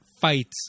fights